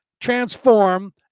transform